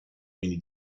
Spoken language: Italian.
quindi